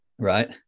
Right